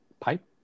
pipe